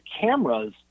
cameras